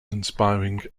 inspiring